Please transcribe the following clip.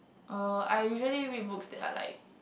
uh I usually read books that are like